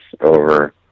over